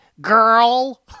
girl